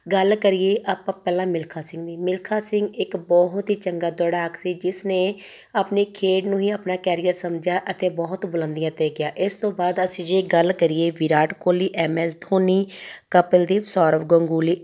ਗੱਲ ਕਰੀਏ ਆਪਾਂ ਪਹਿਲਾਂ ਮਿਲਖਾ ਸਿੰਘ ਦੀ ਮਿਲਖਾ ਸਿੰਘ ਇੱਕ ਬਹੁਤ ਹੀ ਚੰਗਾ ਦੌੜਾਕ ਸੀ ਜਿਸਨੇ ਆਪਣੀ ਖੇਡ ਨੂੰ ਹੀ ਆਪਣਾ ਕੈਰੀਅਰ ਸਮਝਿਆ ਅਤੇ ਬਹੁਤ ਬੁਲੰਦੀਆਂ 'ਤੇ ਗਿਆ ਇਸ ਤੋਂ ਬਾਅਦ ਅਸੀਂ ਜੇ ਗੱਲ ਕਰੀਏ ਵਿਰਾਟ ਕੋਹਲੀ ਐੱਮ ਐੱਸ ਧੋਨੀ ਕਪਿਲ ਦੇਵ ਸੌਰਵ ਗਾਂਗੂਲੀ